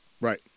Right